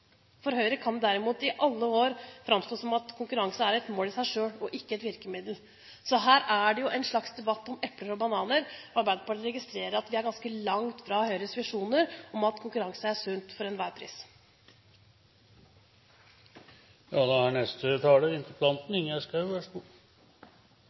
For Høyre har det derimot i alle år framstått som et mål i seg selv – ikke et virkemiddel. Så her er det jo en slags debatt om epler og bananer, og Arbeiderpartiet registrerer at vi er ganske langt fra Høyres visjoner om at konkurranse er sunt for enhver pris.